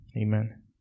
Amen